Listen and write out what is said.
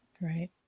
Right